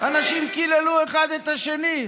אנשים קיללו אחד את השני.